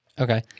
Okay